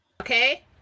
Okay